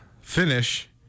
finish